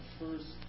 first